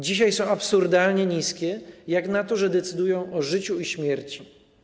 Dzisiaj są absurdalnie niskie jak na to, że decydują o życiu i śmierci.